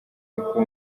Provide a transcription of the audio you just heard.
uko